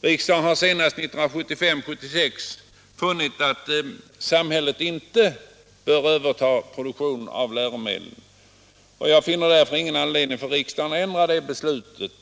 Riksdagen har senast 1975/76 förklarat att samhället inte bör överta produktionen av läromedel, och jag finner ingen anledning för riksdagen att ändra det beslutet.